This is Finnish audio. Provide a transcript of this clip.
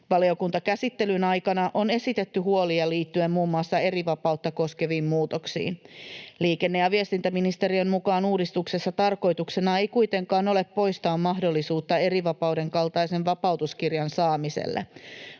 Valiokuntakäsittelyn aikana on esitetty huolia liittyen muun muassa erivapautta koskeviin muutoksiin. Liikenne- ja viestintäministeriön mukaan uudistuksessa tarkoituksena ei kuitenkaan ole poistaa mahdollisuutta erivapauden kaltaisen vapautuskirjan saamiselle.